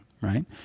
right